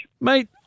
Mate